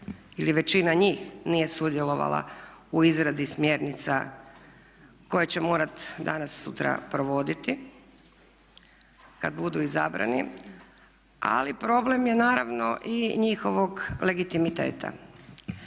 ili većina njih nije sudjelovala u izradi smjernica koje će morati danas sutra provoditi kada budu izabrani. Ali problem je naravno i njihovog legitimiteta.